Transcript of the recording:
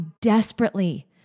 desperately